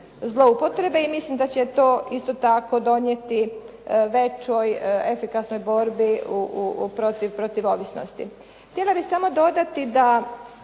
zloupotrebe i mislim da će to isto tako donijeti većoj efikasnoj borbi protiv ovisnosti.